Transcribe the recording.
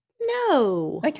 No